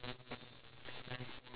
older